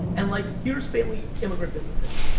and like here's family immigrant businesses.